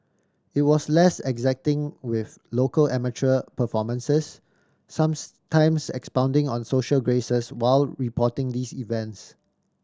it was less exacting with local amateur performances times expounding on social graces while reporting these events